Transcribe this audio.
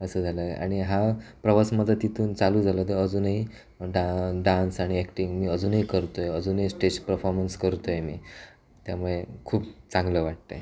असं झालं आहे आणि हा प्रवास माझा तिथून चालू झाला तो अजूनही डा डान्स आणि अॅक्टिंग मी अजूनही करतो आहे अजूनही स्टेश परफॉमन्स करतो आहे मी त्यामुळे खूप चांगलं वाटतं आहे